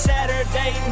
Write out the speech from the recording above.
Saturday